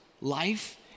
life